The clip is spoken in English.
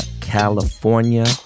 California